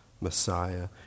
Messiah